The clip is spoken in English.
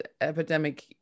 epidemic